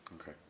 Okay